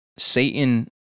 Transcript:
Satan